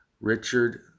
Richard